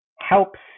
helps